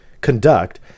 conduct